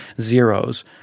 zeros